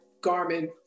Garmin